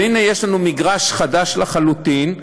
והנה, יש לנו מגרש חדש לחלוטין,